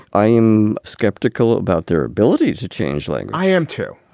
i am skeptical about their ability to change. like i am, too.